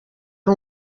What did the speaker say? ari